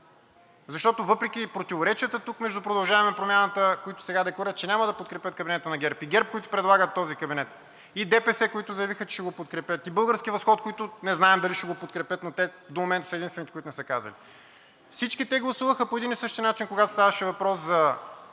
Защото въпреки противоречията тук между „Продължаваме Промяната“, които сега декларират, че няма да подкрепят кабинета на ГЕРБ, и ГЕРБ, които предлагат този кабинет, и ДПС, които заявиха, че ще го подкрепят, и „Български възход“, които не знаем дали ще го подкрепят, но те до момента са единствените, които не са казали – всички те гласуваха по един и същи начин, когато ставаше въпрос за